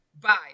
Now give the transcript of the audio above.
Bye